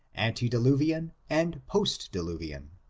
antediluvian and postdiluvian.